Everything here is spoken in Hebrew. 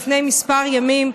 לפני כמה ימים,